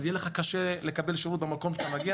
יהיה לך קשה לקבל שירות במקום כשאתה מגיע.